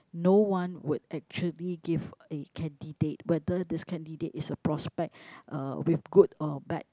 no one would actually give a candidate whether this candidate is a prospect uh with good or bad